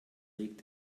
regt